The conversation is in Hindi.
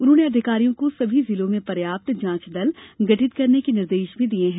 उन्होंने अधिकारियों को सभी जिलों में पर्याप्त जांच दल गठित करने के निर्देश भी दिये हैं